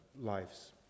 lives